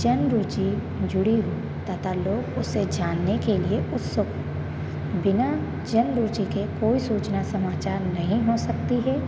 जुड़ी हो तथा लोग उसे जानने के लिए उस बिना के कोई सूचना समाचार नहीं हो सकती है